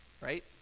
right